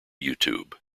youtube